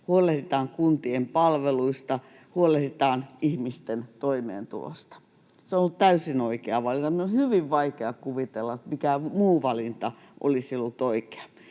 huolehditaan kuntien palveluista, huolehditaan ihmisten toimeentulosta. Se on ollut täysin oikea valinta. Minun on hyvin vaikea kuvitella, mikä muu valinta olisi ollut oikea.